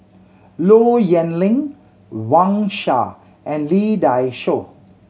Low Yen Ling Wang Sha and Lee Dai Soh